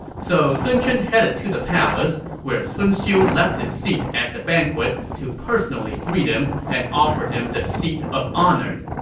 so sun chen headed to the palace, where sun xiu left his seat at the banquet to personally greet him and offered him the seat of honor.